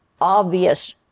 obvious